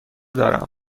دارم